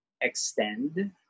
extend